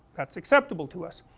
that's acceptable to us